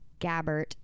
Gabbert